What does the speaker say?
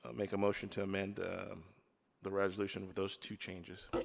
make a motion to amend the resolution with those two changes.